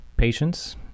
Patience